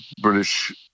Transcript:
British